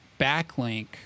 backlink